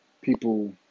people